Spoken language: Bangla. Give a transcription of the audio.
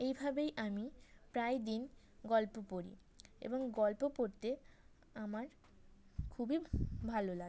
এইভাবেই আমি প্রায় দিন গল্প পড়ি এবং গল্প পড়তে আমার খুবই ভালো লাগে